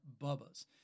Bubbas